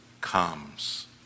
comes